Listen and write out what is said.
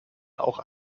auch